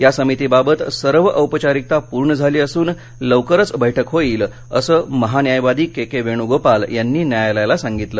या समिती बाबत सर्व औपचारिकता पूर्ण झाली असून लवकरच बैठक होईल असं महान्यायवादी के के वेणुगोपाल यांनी न्यायालयाला सांगितलं